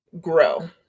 grow